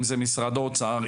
אם זה משרד האוצר,